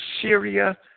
Syria